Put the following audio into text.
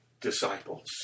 disciples